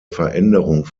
veränderung